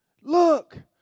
look